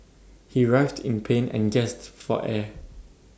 he writhed in pain and gasped for air